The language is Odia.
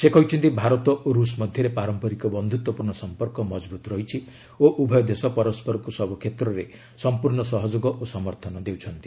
ସେ କହିଛନ୍ତି ଭାରତ ଓ ରୁଷ ମଧ୍ୟରେ ପାରମ୍ପରିକ ବନ୍ଧୁତ୍ୱପୂର୍ଣ୍ଣ ସମ୍ପର୍କ ମଜବୁତ ରହିଛି ଓ ଉଭୟ ଦେଶ ପରସ୍କରକୁ ସବୁ କ୍ଷେତ୍ରରେ ସମ୍ପୂର୍ଣ୍ଣ ସହଯୋଗ ଓ ସମର୍ଥନ ଦେଉଛନ୍ତି